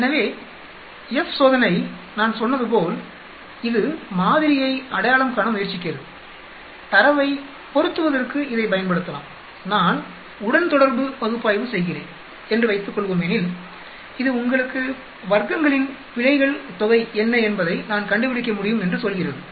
எனவே F சோதனை நான் சொன்னது போல் இது மாதிரியை அடையாளம் காண முயற்சிக்கிறது தரவைப் பொருத்துவதற்கு இதைப் பயன்படுத்தலாம்நான் உடன்தொடர்பு பகுப்பாய்வு செய்கிறேன் என்று வைத்துக்கொள்வோமெனில் இது உங்களுக்கு வர்க்கங்களின் பிழைகள் தொகை என்ன என்பதை நான் கண்டுபிடிக்க முடியும் என்று சொல்கிறது